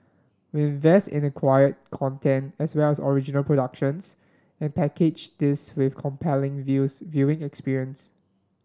we invest in acquired content as well as original productions and package this with compelling viewing experience